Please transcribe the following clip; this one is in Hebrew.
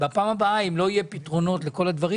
בפעם הבאה אם לא יהיו פתרונות לכל הדברים,